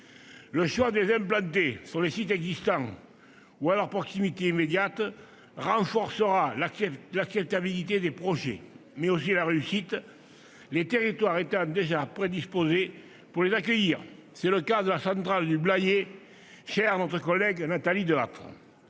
Le choix d'implanter des projets sur les sites existants, ou à leur proximité immédiate, renforcera leur acceptabilité, mais aussi leur réussite, les territoires étant déjà prédisposés pour les accueillir. C'est le cas de la centrale du Blayais, chère à notre collègue Nathalie Delattre.